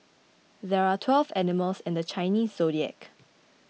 there are twelve animals in the Chinese zodiac